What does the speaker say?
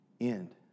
end